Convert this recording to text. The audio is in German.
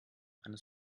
eines